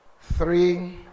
Three